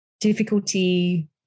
difficulty